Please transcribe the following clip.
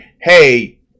hey